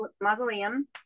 mausoleum